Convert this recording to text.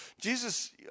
jesus